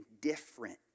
different